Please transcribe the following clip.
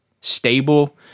stable –